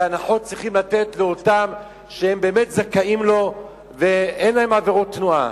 והנחות צריך לתת לאותם שהם באמת זכאים להן ואין להם עבירות תנועה.